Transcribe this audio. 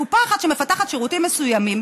קופה אחת שמפתחת שירותים מסוימים,